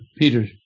Peter